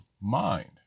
mind